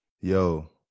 Yo